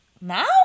Now